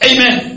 Amen